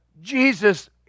Jesus